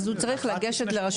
אז הוא צריך לגשת לרשות האוכלוסין.